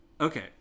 Okay